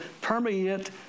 permeate